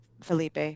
Felipe